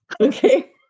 Okay